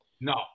no